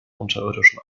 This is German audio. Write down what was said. unterirdischen